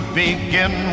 begin